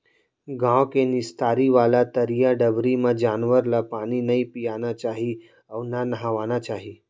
गॉँव के निस्तारी वाला तरिया डबरी म जानवर ल पानी नइ पियाना चाही अउ न नहवाना चाही